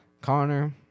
Connor